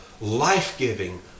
life-giving